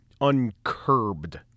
uncurbed